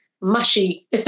mushy